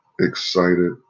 excited